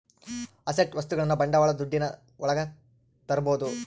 asset ವಸ್ತುಗಳನ್ನ ಬಂಡವಾಳ ದುಡ್ಡಿನ ಒಳಗ ತರ್ಬೋದು